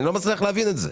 אני לא מצליח להבין את זה.